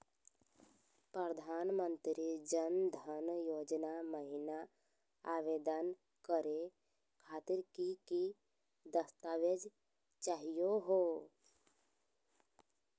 प्रधानमंत्री जन धन योजना महिना आवेदन करे खातीर कि कि दस्तावेज चाहीयो हो?